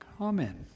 Amen